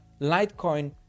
Litecoin